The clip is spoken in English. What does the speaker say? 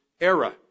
era